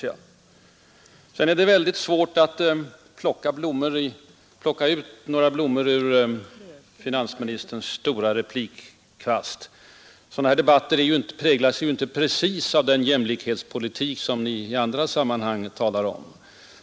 Det är väldigt svårt att plocka ut några blommor ur finansministerns stora replikkvast; sådana här debatter präglas ju inte precis av den jämlikhetspolitik som ni i andra sammanhang talar om.